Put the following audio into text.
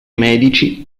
medici